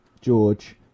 George